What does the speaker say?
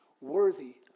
worthy